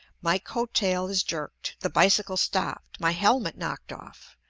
my coat-tail is jerked, the bicycle stopped, my helmet knocked off,